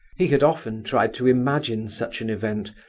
he had often tried to imagine such an event,